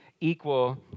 equal